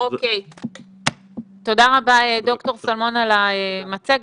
ד"ר שלמון, תודה רבה על המצגת.